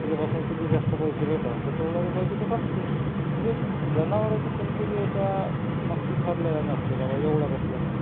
तिच्यापासून किती जास्त पैसे भेटाव तर तेवढ्या रुपयांची ती कापतेय म्हणजे जनावरांच्या किमती काही अशा नक्की ठरलेल्या नसते के बाबा एवढ्याच असल्या म्हणून